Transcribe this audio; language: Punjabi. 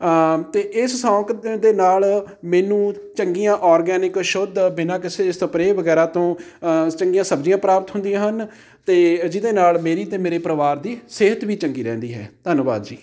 ਅਤੇ ਇਸ ਸ਼ੌਕ ਦ ਦੇ ਨਾਲ਼ ਮੈਨੂੰ ਚੰਗੀਆਂ ਔਰਗੈਨਿਕ ਸ਼ੁੱਧ ਬਿਨਾਂ ਕਿਸੇ ਸਪਰੇਅ ਵਗੈਰਾ ਤੋਂ ਚੰਗੀਆਂ ਸਬਜ਼ੀਆਂ ਪ੍ਰਾਪਤ ਹੁੰਦੀਆਂ ਹਨ ਅਤੇ ਜਿਹਦੇ ਨਾਲ਼ ਮੇਰੀ ਅਤੇ ਮੇਰੇ ਪਰਿਵਾਰ ਦੀ ਸਿਹਤ ਵੀ ਚੰਗੀ ਰਹਿੰਦੀ ਹੈ ਧੰਨਵਾਦ ਜੀ